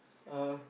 uh